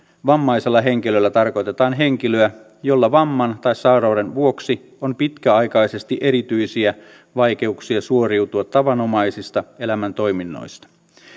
vammaisella henkilöllä tarkoitetaan henkilöä jolla vamman tai sairauden vuoksi on pitkäaikaisesti erityisiä vaikeuksia suoriutua tavanomaisista elämäntoiminnoista